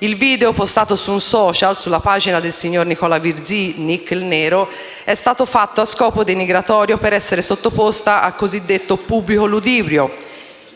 Il video, postato su un *social*, sulla pagina del signor Nicola Virzì, "Nick il Nero", è stato fatto a scopo denigratorio, affinché io fossi esposta al cosiddetto pubblico ludibrio